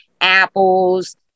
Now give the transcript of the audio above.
apples